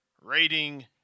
rating